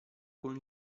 con